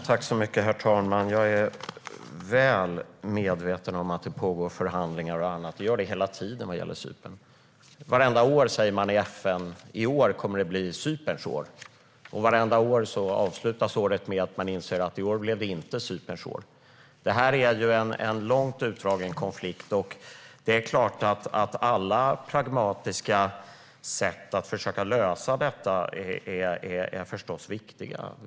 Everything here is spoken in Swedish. Herr talman! Jag är väl medveten om att det pågår förhandlingar och annat. Det gör det hela tiden vad gäller Cypern. Vartenda år säger man i FN: I år kommer det att bli Cyperns år! Vartenda år avslutas året med att man inser att det inte blev Cyperns år i år. Detta är en långt utdragen konflikt. Alla pragmatiska sätt att försöka lösa detta är förstås viktiga.